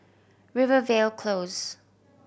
Rivervale Close